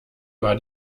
war